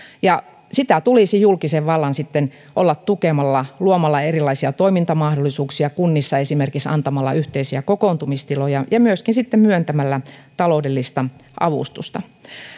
ja sitä tulisi julkisen vallan sitten olla tukemassa luomalla erilaisia toimintamahdollisuuksia kunnissa esimerkiksi antamalle yhteisiä kokoontumistiloja ja myöskin sitten myöntämällä taloudellista avustusta